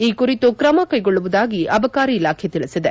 ಈ ಕುರಿತು ಕ್ರಮ ಕೈಗೊಳ್ಳುವುದಾಗಿ ಅಬಕಾರಿ ಇಲಾಖೆ ತಿಳಿಸಿದೆ